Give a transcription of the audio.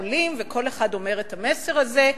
עולים, וכל אחד אומר את המסר הזה.